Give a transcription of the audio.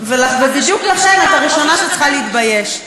ובדיוק לכן את הראשונה שצריכה להתבייש.